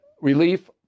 relief